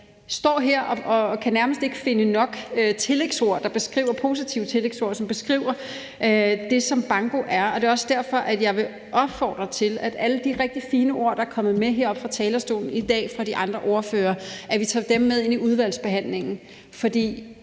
jeg står her og kan nærmest ikke finde nok positive tillægsord, som beskriver det, som banko er, og det er også derfor, at jeg vil opfordre til, at vi tager alle de rigtig fine ord, der er kommet heroppe fra talerstolen i dag fra de andre ordførere, med os ind i udvalgsbehandlingen.